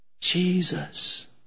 Jesus